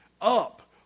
up